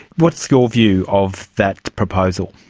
what's your view of that proposal?